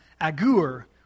Agur